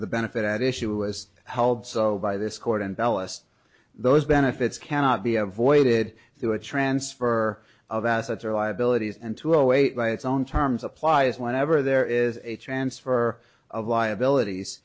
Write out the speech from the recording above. the benefit at issue is held by this court and tell us those benefits cannot be avoided through a transfer of assets or liabilities and to await by its own terms applies whenever there is a transfer of liabilities